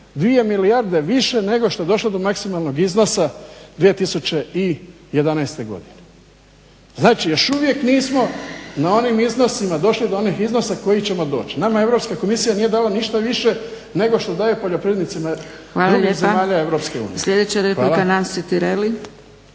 2 milijarde više nego što je došlo do maksimalnog iznosa 2011. godine. Znači još uvijek nismo na onim iznosima, došli do onih iznosa kojih ćemo doć. Nama Europska komisija nije dala ništa više nego što daje poljoprivrednicima drugih zemalja Europske unije.